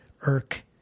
irk